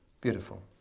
Beautiful